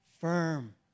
firm